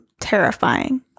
terrifying